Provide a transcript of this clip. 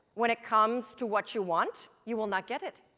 when it comes to what you want you will not get it.